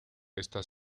está